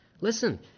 Listen